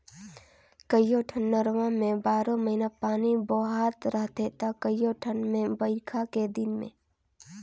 कयोठन नरूवा में बारो महिना पानी बोहात रहथे त कयोठन मे बइरखा के दिन में